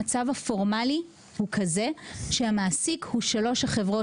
המצב הפורמלי הוא כזה שהמעסיק הוא שלוש החברות